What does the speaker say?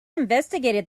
investigated